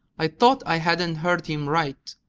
i thought i hadn't heard him right,